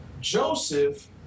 Joseph